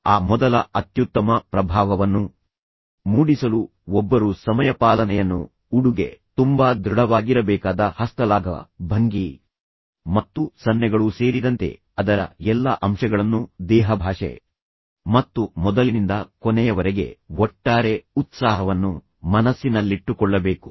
ಆ ಮೊದಲ ಅತ್ಯುತ್ತಮ ಪ್ರಭಾವವನ್ನು ಮೂಡಿಸಲು ಒಬ್ಬರು ಸಮಯಪಾಲನೆಯನ್ನು ಉಡುಗೆ ತುಂಬಾ ದೃಢವಾಗಿರಬೇಕಾದ ಹಸ್ತಲಾಘವ ಭಂಗಿ ಮತ್ತು ಸನ್ನೆಗಳು ಸೇರಿದಂತೆ ಅದರ ಎಲ್ಲಾ ಅಂಶಗಳನ್ನು ದೇಹಭಾಷೆ ಮತ್ತು ಮೊದಲಿನಿಂದ ಕೊನೆಯವರೆಗೆ ಒಟ್ಟಾರೆ ಉತ್ಸಾಹವನ್ನು ಮನಸ್ಸಿನಲ್ಲಿಟ್ಟುಕೊಳ್ಳಬೇಕು